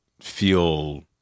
feel